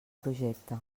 projecte